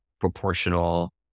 proportional